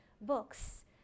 books